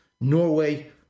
Norway